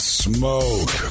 smoke